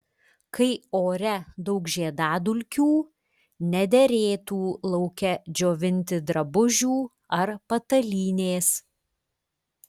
kai ore daug žiedadulkių nederėtų lauke džiovinti drabužių ar patalynės